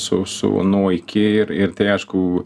su su nuo iki ir ir tai aišku